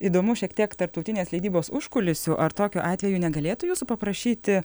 įdomu šiek tiek tarptautinės leidybos užkulisių ar tokiu atveju negalėtų jūsų paprašyti